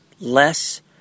Less